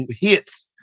hits